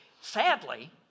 sadly